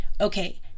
Okay